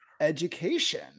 education